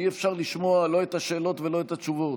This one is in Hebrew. אי-אפשר לשמוע לא את השאלות ולא את התשובות.